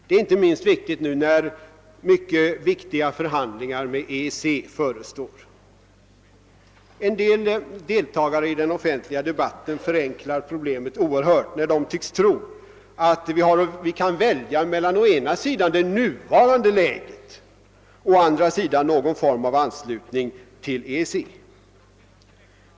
Det är inte minst angeläget nu när mycket viktiga förhandlingar med EEC förestår. Vissa deltagare i den offentliga debatten förenklar problemet oerhört, då de tycks tro att vi kan välja mellan å ena sidan det nuvarande läget och å andra sidan någon form av anslutning till EEC.